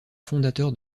fondateur